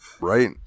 Right